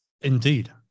Indeed